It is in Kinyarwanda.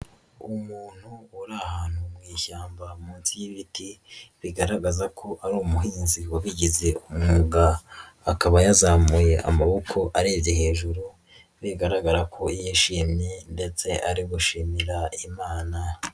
Umuntu uri ahantu mu ishyamba munsi y'ibiti bigaragaza ko ari umuhinzi wabigize umwuga, akaba yazamuye amaboko arebye hejuru, bigaragara ko yishimye ndetse ari gushimira Imana.